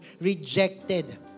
rejected